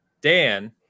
Dan